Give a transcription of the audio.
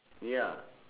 ya